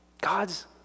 God's